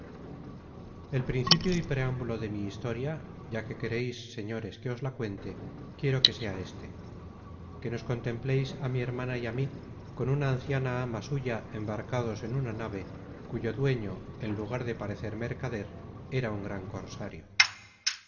el principio y preámbulo de mi historia ya que quereis señores que os la cuente quiero que sea éste que nos contempleis á mi hermana y á mí con una anciana ama suya embarcados en una nave cuyo dueño en lugar de parecer mercader era un gran cosario